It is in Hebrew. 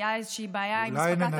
הייתה איזושהי בעיה עם הספקת החמצן,